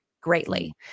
greatly